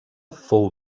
fou